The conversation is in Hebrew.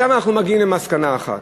משם אנחנו מגיעים למסקנה אחת: